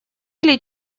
или